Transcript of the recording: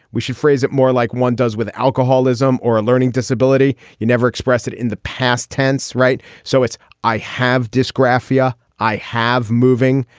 we should phrase it more like one does with alcoholism or a learning disability. you never express it in the past tense. right. so it's i have dysgraphia i have moving.